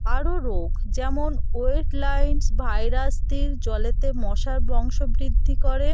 আরো রোগ যেমন ওয়েট নাইল ভাইরাস তিল জলেতে মশার বংশ বৃদ্ধি করে